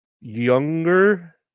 younger